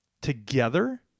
together